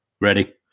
Ready